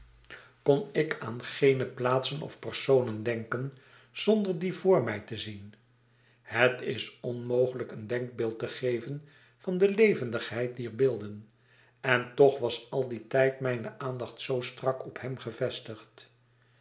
kon ik aan geene plaatsen of personen denken zonder die voor mij te zien het is onmogelijk een denkbeeld te geven van de levendigheid dier beelden en toch was al dien tijd mijne aandacht zoo strak op hem gevestigd